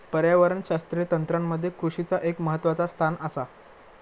पर्यावरणशास्त्रीय तंत्रामध्ये कृषीचा एक महत्वाचा स्थान आसा